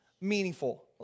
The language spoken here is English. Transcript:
meaningful